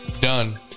done